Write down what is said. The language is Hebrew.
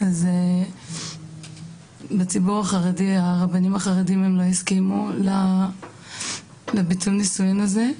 אז בציבור החרדי הרבנים החרדיים לא הסכימו לביטול הנישואים הזה,